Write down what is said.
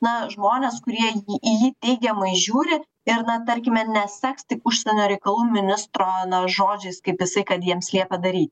na žmones kurie į jį teigiamai žiūri ir na tarkime neseks tik užsienio reikalų ministro žodžiais kaip jisai kad jiems liepia daryti